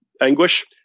anguish